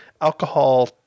alcohol